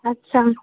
अच्छा